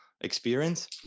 experience